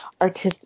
artists